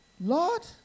Lord